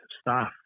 staff